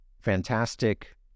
fantastic